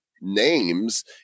names